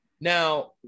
Now